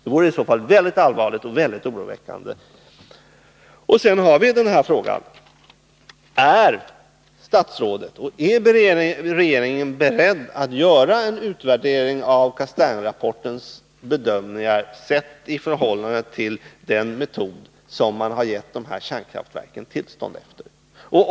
Det vore i så fall mycket allvarligt och oroväckande. Sedan har vi frågan om statsrådet och regeringen är beredda att göra en utvärdering av Castaingrapportens bedömningar, med tanke på den metod på basis av vilken man har gett de här kärnkraftverken tillstånd.